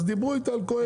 אז דיברו איתה על קהלת.